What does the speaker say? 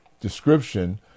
description